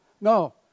No